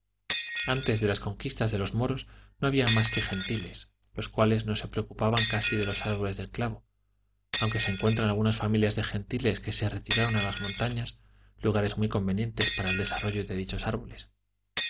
antes de la conquista de los moros no había mas que gentiles los cuales no se preocupaban casi de los árboles del clavo aun se encuentran algunas familias de gentiles que se retiraron a las montañas lugares muy convenientes para el desarrollo de dichos árboles